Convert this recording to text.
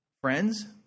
Friends